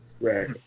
right